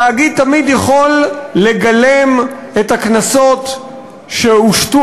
התאגיד תמיד יכול לגלם את הקנסות שהושתו